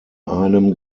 einem